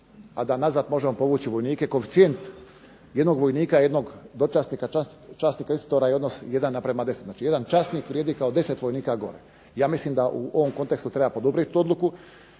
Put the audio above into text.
a da nazad možemo povući vojnike. Koeficijent jednog vojnika, dočasnika i časnika, instruktora je odnos 1:10. Znači jedan časnik vrijedi kao 10 vojnika gore. Ja mislim da u ovom kontekstu treba poduprijeti ovu odluku